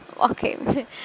okay